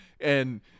and-